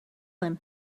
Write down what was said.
him